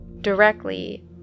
directly